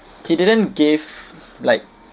he didn't gave like